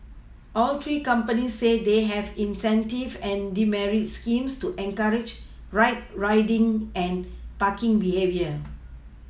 all three companies say they have incentive and deMerit schemes to encourage right riding and parking behaviour